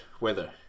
weather